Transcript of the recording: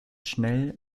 schnell